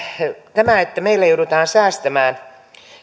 tämä että meillä joudutaan säästämään